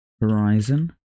Horizon